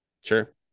Sure